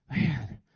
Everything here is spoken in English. man